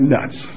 Nuts